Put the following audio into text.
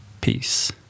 peace